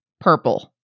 purple